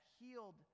healed